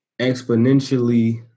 exponentially